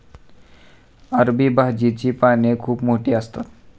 अरबी भाजीची पाने खूप मोठी असतात